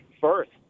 first